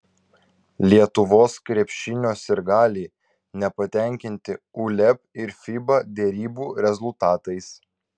lietuvos krepšinio sirgaliai nepatenkinti uleb ir fiba derybų rezultatais